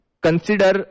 consider